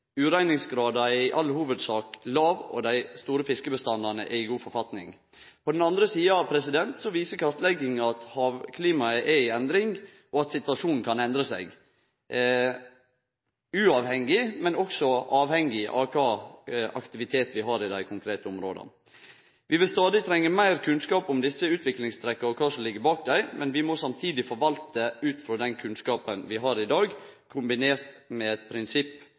er i all hovudsak lav, og dei store fiskebestandane er i god forfatning. På den andre sida viser kartlegginga at havklimaet er i endring, og at situasjonen kan endre seg uavhengig av, men også avhengig av kva aktivitet vi har i dei konkrete områda. Vi vil stadig trenge meir kunnskap om desse utviklingstrekka og kva som ligg bak dei. Men vi må samtidig forvalte ut frå den kunnskapen vi har i dag, kombinert med